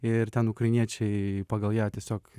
ir ten ukrainiečiai pagal ją tiesiog